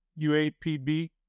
UAPB